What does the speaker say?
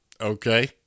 okay